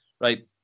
right